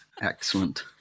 excellent